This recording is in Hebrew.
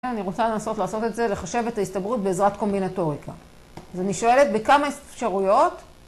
אני רוצה לנסות לעשות את זה, לחשב את ההסתברות בעזרת קומבינטוריקה. אז אני שואלת בכמה אפשרויות?